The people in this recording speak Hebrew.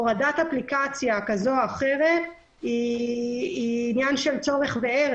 הורדת אפליקציה היא עניין של צורך וערך.